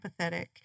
empathetic